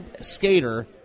skater